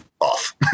off